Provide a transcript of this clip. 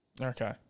Okay